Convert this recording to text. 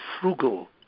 frugal